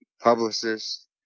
publicist